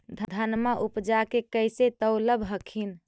धनमा उपजाके कैसे तौलब हखिन?